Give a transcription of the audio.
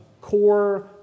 core